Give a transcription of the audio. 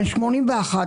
בן 81,